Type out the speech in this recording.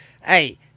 Hey